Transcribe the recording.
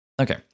Okay